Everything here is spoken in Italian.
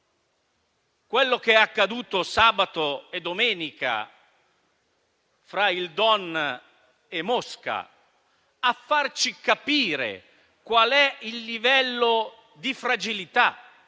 quello che è accaduto sabato e domenica fra il Don e Mosca per farci capire qual è il livello di fragilità,